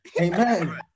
Amen